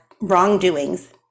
wrongdoings